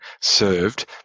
served